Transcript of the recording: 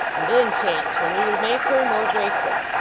and then chance will neither make her nor break her.